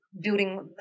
Building